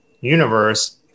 universe